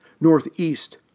northeast